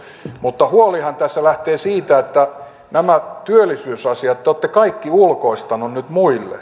mutta huolihan tässä lähtee siitä että nämä työllisyysasiat te olette kaikki ulkoistaneet nyt muille